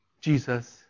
Jesus